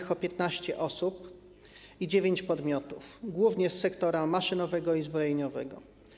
Chodzi o 15 osób i dziewięć podmiotów - głównie z sektora maszynowego i zbrojeniowego.